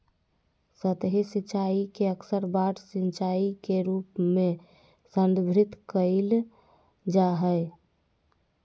सतही सिंचाई के अक्सर बाढ़ सिंचाई के रूप में संदर्भित कइल जा हइ